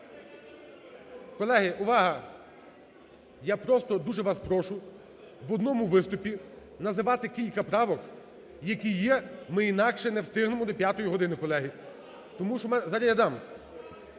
Колеги, увага, я просто дуже вас прошу, в одному виступі називати кілька правок, які є, ми інакше не встигнемо до п'ятої години, колеги.